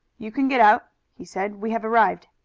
you can get out, he said. we have arrived.